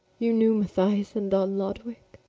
you knew mathias and don lodowick?